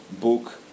book